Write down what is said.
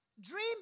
Dream